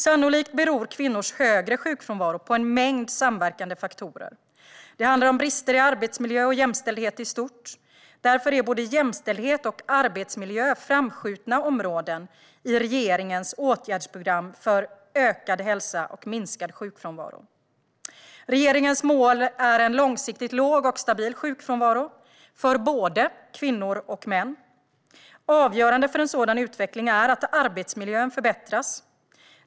Sannolikt beror kvinnors högre sjukfrånvaro på en mängd samverkande faktorer. Det handlar om brister i arbetsmiljö och jämställdhet i stort. Därför är både jämställdhet och arbetsmiljö framskjutna områden i regeringens åtgärdsprogram för ökad hälsa och minskad sjukfrånvaro. Regeringens mål är en långsiktigt låg och stabil sjukfrånvaro för både kvinnor och män. Avgörande för en sådan utveckling är att arbetsmiljön förbättras.